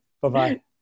Bye-bye